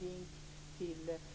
men så är inte fallet.